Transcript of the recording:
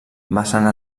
vessant